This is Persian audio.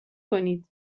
کنید